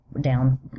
down